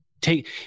take –